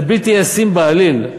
זה בלתי ישים בעליל.